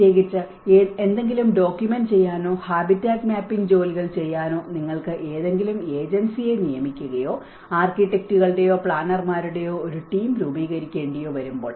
പ്രത്യേകിച്ച് എന്തെങ്കിലും ഡോക്യുമെന്റ് ചെയ്യാനോ ഹാബിറ്റാറ്റ് മാപ്പിംഗ് ജോലികൾ ചെയ്യാനോ നിങ്ങൾക്ക് ഏതെങ്കിലും ഏജൻസിയെ നിയമിക്കുകയോ ആർക്കിടെക്റ്റുകളുടെയോ പ്ലാനർമാരുടെയോ ഒരു ടീം രൂപീകരിക്കേണ്ടിയോ വരുമ്പോൾ